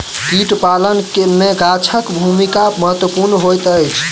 कीट पालन मे गाछक भूमिका महत्वपूर्ण होइत अछि